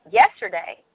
yesterday